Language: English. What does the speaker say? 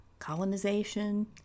colonization